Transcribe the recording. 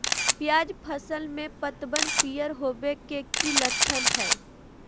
प्याज फसल में पतबन पियर होवे के की लक्षण हय?